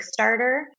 Kickstarter